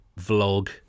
vlog